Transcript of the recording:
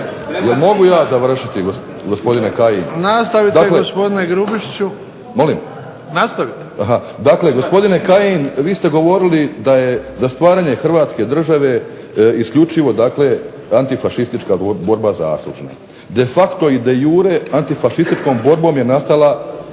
Molim? **Bebić, Luka (HDZ)** Nastavite. **Grubišić, Boro (HDSSB)** Dakle, gospodine Kajin vi ste govorili da je za stvaranje Hrvatske države isključivo dakle antifašistička borba zaslužna. De facto i de jure antifašističkom borbom je nastala